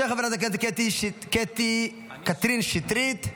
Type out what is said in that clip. של חברת הכנסת קטי קטרין שטרית.